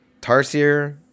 Tarsier